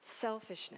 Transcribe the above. selfishness